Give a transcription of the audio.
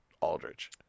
Aldrich